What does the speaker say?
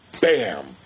Bam